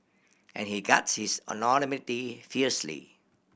and he guards his anonymity fiercely